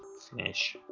finish.